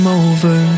over